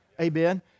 Amen